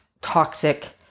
toxic